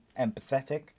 empathetic